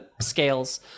scales